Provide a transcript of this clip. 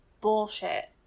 Bullshit